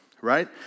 right